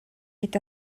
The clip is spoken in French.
est